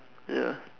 ya